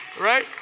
right